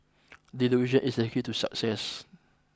delusion is the key to success